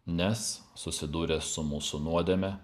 nes susidūręs su mūsų nuodėme